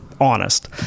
honest